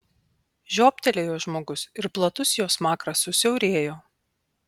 žiobtelėjo žmogus ir platus jo smakras susiaurėjo